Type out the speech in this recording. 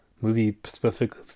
movie-specific